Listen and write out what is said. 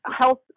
health